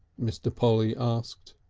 mr. polly asked.